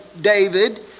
David